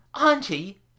auntie